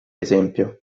esempio